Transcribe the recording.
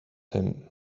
him